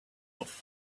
off